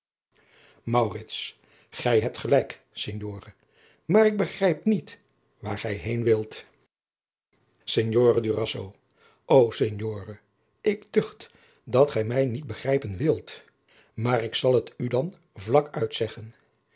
gij hebt gelijk signore maar ik begrijp niet waar gij heen wilt signore durazzo o signore ik ducht dat gij mij niet begrijpen wilt maar ik zal het u dan vlak uit zeggen